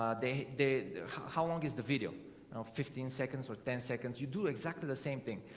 um they they how long is the video fifteen seconds or ten seconds, you do exactly the same thing